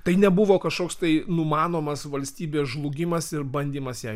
tai nebuvo kažkoks tai numanomas valstybės žlugimas ir bandymas ją